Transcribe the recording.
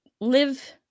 live